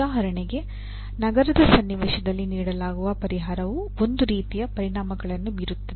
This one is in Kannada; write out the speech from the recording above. ಉದಾಹರಣೆಗೆ ನಗರದ ಸನ್ನಿವೇಶದಲ್ಲಿ ನೀಡಲಾಗುವ ಪರಿಹಾರವು ಒಂದು ರೀತಿಯ ಪರಿಣಾಮಗಳನ್ನು ಬೀರುತ್ತದೆ